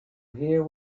hear